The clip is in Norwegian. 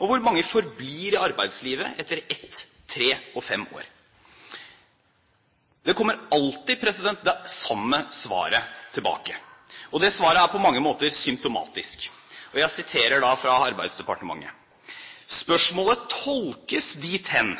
Og hvor mange forblir i arbeidslivet etter ett, tre og fem år? Det kommer alltid det samme svaret tilbake, og det svaret er på mange måter symptomatisk. Arbeidsdepartementet skriver: Spørsmålet tolkes dit hen